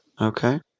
Okay